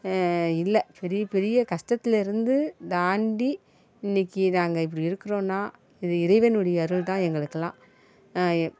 இல்ல பெரிய பெரிய கஷ்டத்துல இருந்து தாண்டி இன்னைக்கி நாங்கள் இப்படி இருக்கிறோன்னா இது இறைவனுடைய அருள் தான் எங்களுக்கெல்லாம்